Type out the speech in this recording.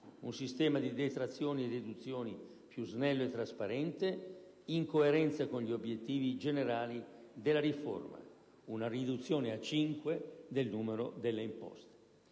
un sistema di detrazioni e deduzioni più snello e trasparente, in coerenza con gli obiettivi generali della riforma; una riduzione a cinque del numero delle imposte.